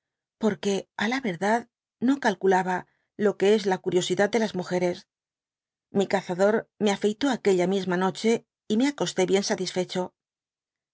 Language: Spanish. que á la verdad no calculaba y lo que es la curiosidad de las mú geres mi cazador me afeytó aquella misma no che y y me acosté bien satisfecho